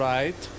Right